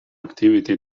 activity